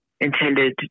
intended